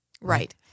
Right